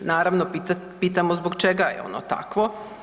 Naravno pitamo zbog čega je ono takvo.